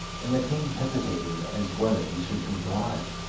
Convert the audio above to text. and the king hesitated as to whether he should comply.